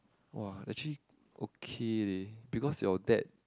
!wah! actually okay leh because your dad